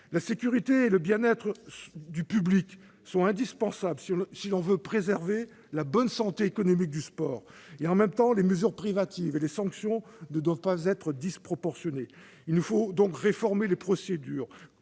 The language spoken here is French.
La sécurité et le bien-être du public sont indispensables si l'on veut préserver la bonne santé économique du sport. En même temps, les mesures privatives de liberté et les sanctions ne doivent pas être disproportionnées. Il nous faut donc réformer les procédures,